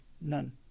none